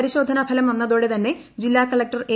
പരിശോധനാ ഫലം വന്നതോടെ തന്നെ ജില്ല കളക്ടർ എ